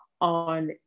on